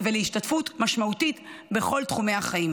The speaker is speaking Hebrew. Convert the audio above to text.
ולהשתתפות משמעותית בכל תחומי החיים.